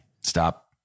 Stop